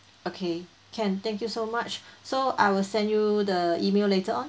okay can thank you so much so I will send you the email later on